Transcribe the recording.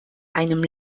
einem